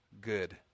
good